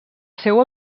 seu